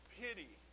pity